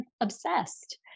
obsessed